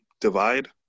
divide